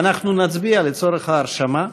אנחנו נצביע לצורך ההרשמה.